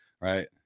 right